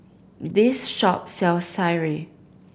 this shop sells sireh